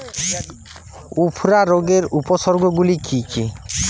উফরা রোগের উপসর্গগুলি কি কি?